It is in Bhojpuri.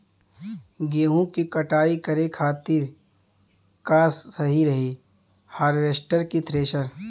गेहूँ के कटाई करे खातिर का सही रही हार्वेस्टर की थ्रेशर?